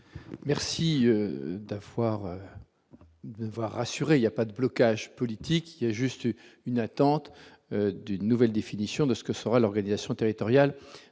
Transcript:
Merci d'un foire fois rassuré, il y a pas de blocage politique, il a juste eu une attente d'une nouvelle définition de ce que sera l'organisation territoriale